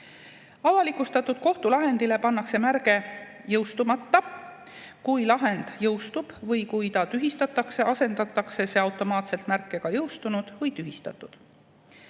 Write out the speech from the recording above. Avalikustatud kohtulahendile pannakse märge "Jõustumata". Kui lahend jõustub või kui ta tühistatakse, asendatakse see automaatselt märkega "Jõustunud" või "Tühistatud".